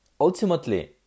Ultimately